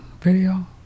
video